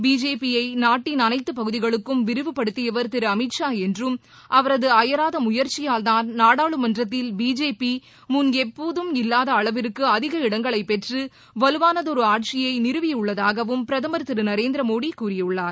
BJP யை நாட்டின் அனைத்து பகுதிகளுக்கும் விரிவுப்படுத்தியவர் திரு அமித் ஷா என்றும் அவரது அயராத முயற்சியால் தான் நாடாளுமன்றத்தில் பிஜேபி முன் எப்போதும் இல்லாத அளவிற்கு அதிக இடங்களை பெற்று வலுவானதொரு ஆட்சியை நிறுவியுள்ளதாகவும் பிரதமர் திரு நரேந்திரமோடி கூறியுள்ளார்